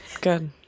Good